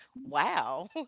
Wow